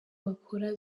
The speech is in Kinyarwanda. bakora